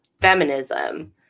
feminism